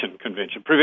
convention